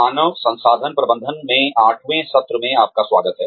मानव संसाधन प्रबंधन में आठवें सत्र में आपका स्वागत है